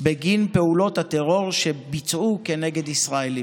בגין פעולות הטרור שביצעו כנגד ישראלים.